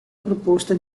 proposta